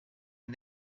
and